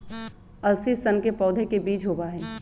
अलसी सन के पौधे के बीज होबा हई